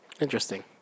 Interesting